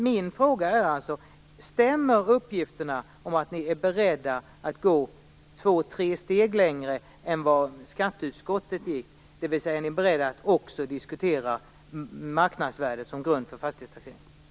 Min fråga är alltså: Stämmer uppgifterna om att ni är beredda att gå två tre steg längre än vad skatteutskottet gick? Är ni beredda att också diskutera marknadsvärdet som grund för fastighetstaxeringen?